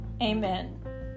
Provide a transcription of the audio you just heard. amen